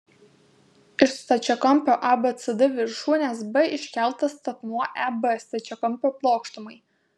iš stačiakampio abcd viršūnės b iškeltas statmuo eb stačiakampio plokštumai